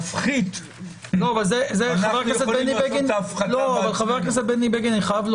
אנחנו יכולים לעשות את ההפחתה בעצמנו.